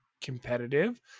competitive